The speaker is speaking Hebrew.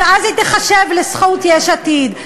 ואז היא תיחשב לזכות יש עתיד.